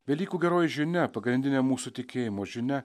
velykų geroji žinia pagrindinė mūsų tikėjimo žinia